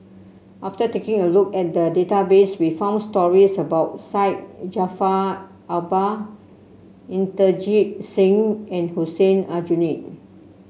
after taking a look at the database we found stories about Syed Jaafar Albar Inderjit Singh and Hussein Aljunied